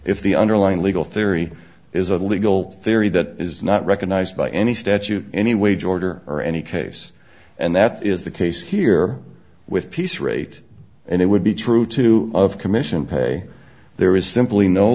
if the underlying legal theory is a legal theory that is not recognized by any statute any wage order or any case and that is the case here with piece rate and it would be true to of commission pay there is simply no